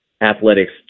athletics